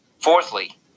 Fourthly